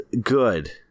good